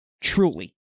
Truly